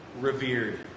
revered